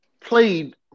played